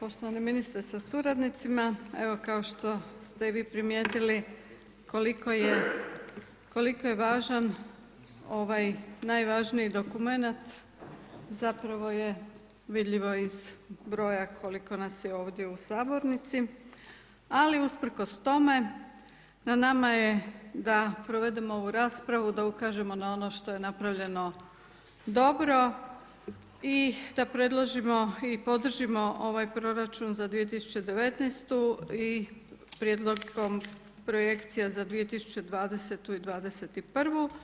poštovani ministre sa suradnicima, evo kao što ste i vi primijetili koliko je važan ovaj najvažniji dokumenat, zapravo je vidljivo iz borja koliko nas je ovdje u sabornici, ali usprkos tome, na nama je da provedemo ovu raspravu, da ukažemo na ono što je napravljeno dobro i da predložimo i podržimo ovaj proračun za 2019. i prijedlogom projekcija za 2020. i 2021.